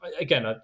again